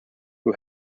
who